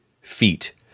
feet